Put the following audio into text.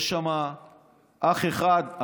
יש שם אח אחד,